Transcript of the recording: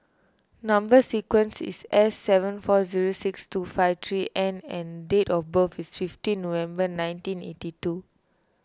Number Sequence is S seven four zero six two five three N and date of birth is fifteen November nineteen eighty two